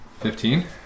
Fifteen